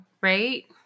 Right